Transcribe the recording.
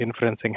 inferencing